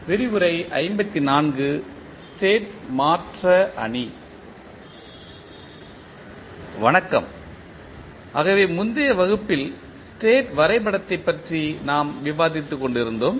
வணக்கம் ஆகவே முந்தைய வகுப்பில் ஸ்டேட் வரை படத்தை பற்றி நாம் விவாதித்துக் கொண்டிருந்தோம்